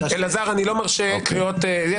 אלעזר, אני לא מרשה קריאות כאלה.